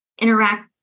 interact